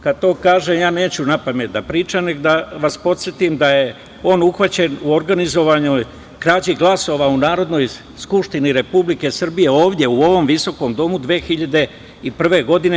Kada to kažem, ja neću napamet da pričam, nego da vas podsetim da je on uhvaćen u organizovanoj krađi glasova u Narodnoj skupštini Republike Srbije, ovde u ovom visokom domu, 2001. godine.